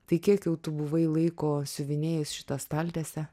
tai kiek jau tu buvai laiko siuvinėjus šitą staltiesę